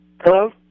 Hello